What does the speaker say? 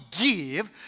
give